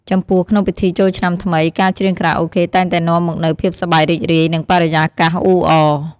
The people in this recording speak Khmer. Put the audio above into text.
ចំពោះ ក្នុងពិធីចូលឆ្នាំថ្មី ការច្រៀងខារ៉ាអូខេតែងតែនាំមកនូវភាពសប្បាយរីករាយ និងបរិយាកាសអ៊ូអរ។